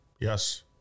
Yes